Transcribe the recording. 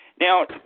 Now